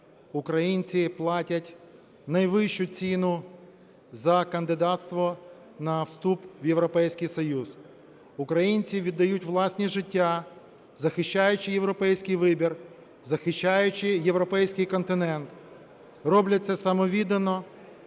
українці платять найвищу ціну за кандидатство на вступ в Європейський Союз. Українці віддають власні життя, захищаючи європейський вибір, захищаючи європейський континент, роблять це самовіддано,